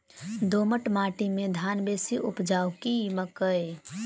दोमट माटि मे धान बेसी उपजाउ की मकई?